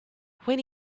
when